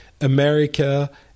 America